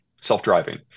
self-driving